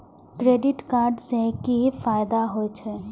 Credit card से कि फायदा होय छे?